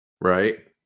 Right